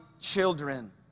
children